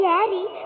Daddy